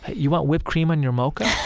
you want whipped cream on your mocha?